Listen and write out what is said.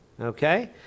Okay